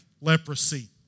leprosy